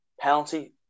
Penalty